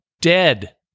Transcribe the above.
dead